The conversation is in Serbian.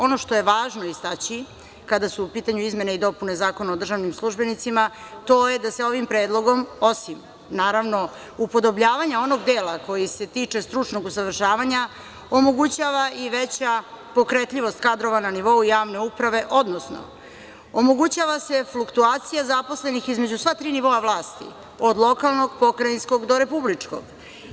Ono što je važno istaći, kada su u pitanju izmene i dopune Zakona o državnim službenicima, to je da se ovim predlogom, osim naravno, upodobljavanja onog dela koji se tiče stručnog usavršavanja omogućava i veća pokretljivost kadrova na nivou javne uprave, odnosno, omogućava se fluktacija zaposlenih između sva tri nivoa vlasti, od lokalnog, Pokrajinskog do Republičkog.